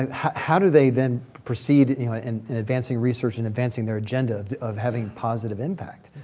how do they then proceed in you know and and advancing research and advancing their agenda of having positive impact?